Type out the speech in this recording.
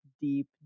deep